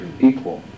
equal